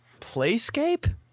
Playscape